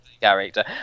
character